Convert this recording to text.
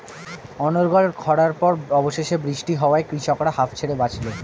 অনর্গল খড়ার পর অবশেষে বৃষ্টি হওয়ায় কৃষকরা হাঁফ ছেড়ে বাঁচল